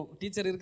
teacher